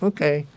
Okay